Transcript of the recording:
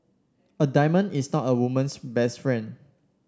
a diamond is not a woman's best friend